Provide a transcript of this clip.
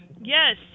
Yes